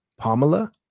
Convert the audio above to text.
Pamela